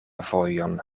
vojon